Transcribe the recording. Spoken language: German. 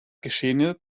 geschehene